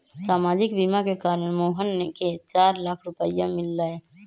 सामाजिक बीमा के कारण मोहन के चार लाख रूपए मिल लय